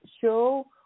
show